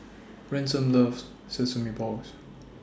Ransom loves Sesame Balls